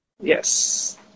Yes